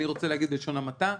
בלשון המעטה.